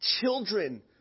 children